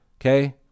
Okay